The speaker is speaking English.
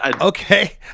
okay